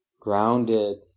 grounded